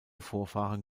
vorfahren